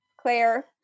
Claire